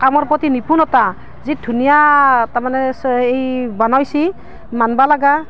কামৰ প্ৰতি নিপুণতা যি ধুনীয়া তাৰমানে চ' এই বনাইছে মানিব লগা